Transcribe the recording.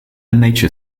nature